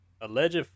Alleged